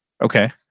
Okay